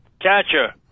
catcher